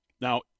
Now